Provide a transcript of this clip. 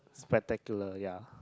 spectacular ya